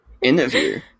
interview